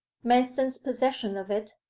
manston's possession of it,